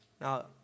Now